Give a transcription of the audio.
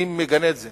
אני מגנה את זה